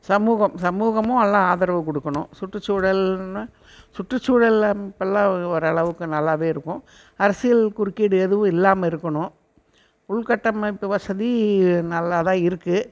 சமூகம் சமூகமும் எல்லாம் ஆதரவு கொடுக்கணும் சுற்றுச்சூழல்னு சுற்றுச்சூழலில் இப்போலாம் ஒரு அளவுக்கு நல்லாவே இருக்கும் அரசியல் குறுக்கீடு எதுவும் இல்லாமல் இருக்கணும் உள்கட்டமைப்பு வசதி நல்லா தான் இருக்குது